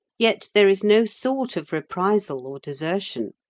yet there is no thought of reprisal or desertion.